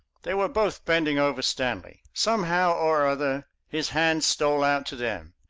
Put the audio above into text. they were both bending over stanley. somehow or other his hands stole out to them.